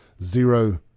Zero